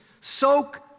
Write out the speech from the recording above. Soak